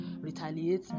retaliate